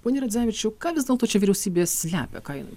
pone radzevičiau ką vis dėlto čia vyriausybė slepia ką